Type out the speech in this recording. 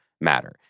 matter